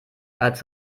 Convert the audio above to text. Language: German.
als